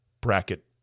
bracket